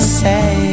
say